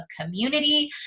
community